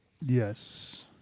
Yes